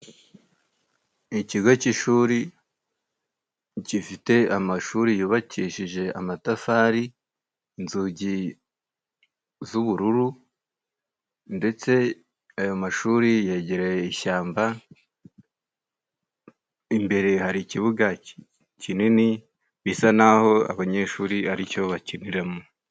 Ikigo cy'ishuri gifite amashuri yubakishije amatafari, inzugi z'ubururu, ndetse ayo mashuri yegereye ishyamba. Imbere hari ikibuga kinini bisa n'aho abanyeshuri aricyo bakiniramo.